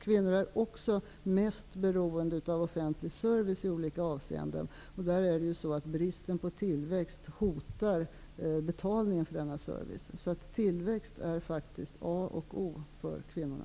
Kvinnor är också mest beroende av offentlig service i olika avseenden. Bristen på tillväxt hotar betalningen för denna service. Tillväxt är faktiskt a och o för kvinnorna.